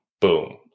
boom